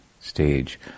stage